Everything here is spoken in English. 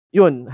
yun